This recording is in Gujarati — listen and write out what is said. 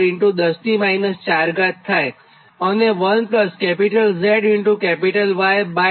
094 10 4 થાય